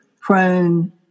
prone